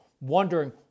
wondering